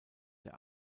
der